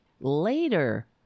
later